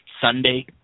Sunday